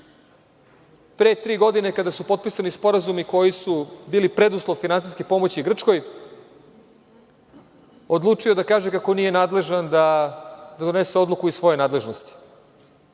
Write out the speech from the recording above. pre tri godine, kada su potpisani sporazumi koji su bili preduslov finansijske pomoći Grčkoj, odlučio da kaže kako nije nadležan da donese odluku iz svoje nadležnosti?